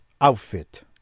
outfit